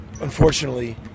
unfortunately